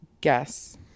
guess